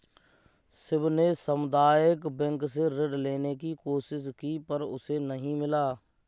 शिव ने सामुदायिक बैंक से ऋण लेने की कोशिश की पर उसे नही मिला